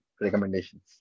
recommendations